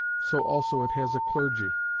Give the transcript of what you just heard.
so also it has a clergy,